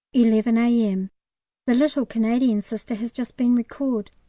eleven a m the little canadian sister has just been recalled,